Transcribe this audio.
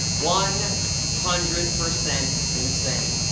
one hundred percent insane.